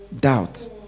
doubt